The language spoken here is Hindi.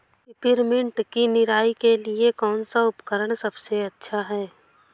पिपरमिंट की निराई के लिए कौन सा उपकरण सबसे अच्छा है?